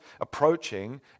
approaching